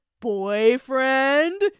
boyfriend